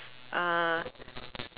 uh